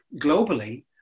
globally